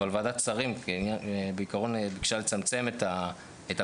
אבל ועדת שרים ביקשה לצמצם את המגבלות.